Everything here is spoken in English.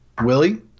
willie